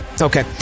okay